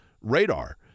radar